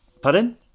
pardon